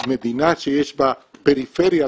מדינה שיש בה פריפריה,